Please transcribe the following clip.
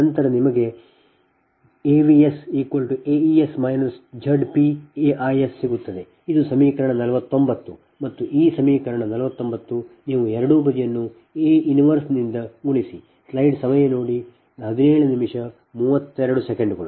ನಂತರ ನಿಮಗೆ A VsAEs ZpAIs ಸಿಗುತ್ತದೆ ಇದು ಸಮೀಕರಣ 49 ಮತ್ತು ಈ ಸಮೀಕರಣ 49 ನೀವು ಎರಡೂ ಬದಿಯನ್ನು A 1 ನಿಂದ ಗುಣಿಸಿ